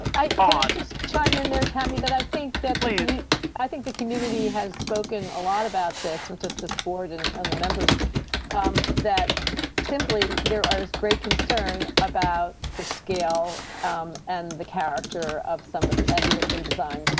ah just chime in there tammy that i think definitely. and i think the community has spoken a lot about this with just this board and and the members um that simply there is great concern about the scale um and the character of some of the and the urban design.